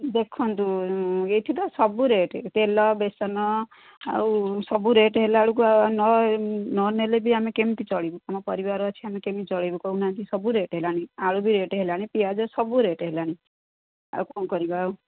ଦେଖନ୍ତୁ ଏଇଠି ତ ସବୁ ରେଟ୍ ତେଲ ବେସନ ଆଉ ସବୁ ରେଟ୍ ହେଲା ବେଳକୁ ନ ନେଲେ ବି ଆମେ କେମିତି ଚଳିବୁ ଆମ ପରିବାର ଅଛି ଆମେ କେମିତି ଚଳିବୁ କହୁନାହାନ୍ତି ସବୁ ରେଟ୍ ହେଲାଣି ଆଳୁ ବି ରେଟ୍ ହେଲାଣି ପିଆଜ ସବୁ ରେଟ୍ ହେଲାଣି ଆଉ କ'ଣ କରିବା ଆଉ